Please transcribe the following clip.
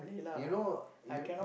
you know you